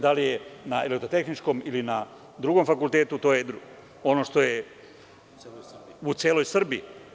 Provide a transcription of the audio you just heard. Da li je na Elektrotehničkom fakultetu ili na drugom fakultetu to je drugo, ono što je u celoj Srbiji.